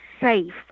safe